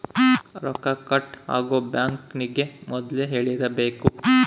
ರೊಕ್ಕ ಕಟ್ ಆಗೋ ಬ್ಯಾಂಕ್ ಗೇ ಮೊದ್ಲೇ ಹೇಳಿರಬೇಕು